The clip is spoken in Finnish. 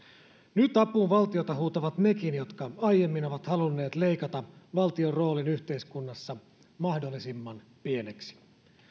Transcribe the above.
nyt apuun valtiota huutavat nekin jotka aiemmin ovat halunneet leikata valtion roolin yhteiskunnassa mahdollisimman pieneksi